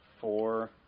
four